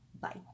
Bye